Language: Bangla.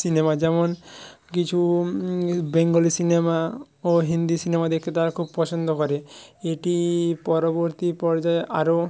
সিনেমা যেমন কিছু বেঙ্গলি সিনেমা ও হিন্দি সিনেমা দেখতে তারা খুব পছন্দ করে এটি পরবর্তী পর্যায় আরো